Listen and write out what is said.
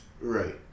Right